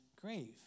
grave